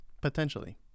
Potentially